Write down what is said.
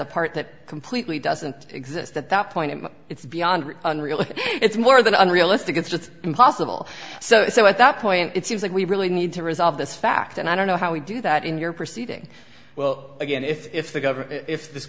a part that completely doesn't exist at that point and it's beyond it's more than unrealistic it's impossible so at that point it seems like we really need to resolve this fact and i don't know how we do that in your proceeding well again if the government if this